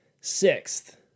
sixth